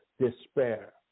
despair